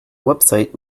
website